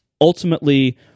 ultimately